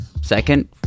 second